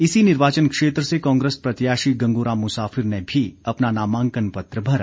इसी निर्वाचन क्षेत्र से कांग्रेस प्रत्याशी गंगूराम मुसाफिर ने भी अपना नामांकन पत्र भरा